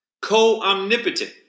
co-omnipotent